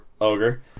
ogre